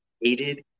hated